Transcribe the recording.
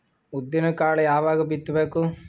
ಉದ್ದಿನಕಾಳು ಯಾವಾಗ ಬಿತ್ತು ಬೇಕು?